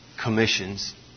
commissions